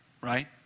right